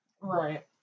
Right